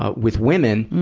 ah with women,